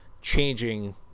changing